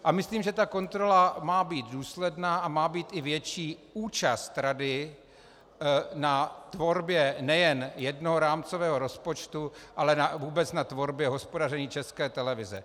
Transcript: A myslím, že ta kontrola má být důsledná a má být i větší účast rady na tvorbě nejen jednoho rámcového rozpočtu, ale vůbec na tvorbě hospodaření České televize.